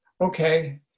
Okay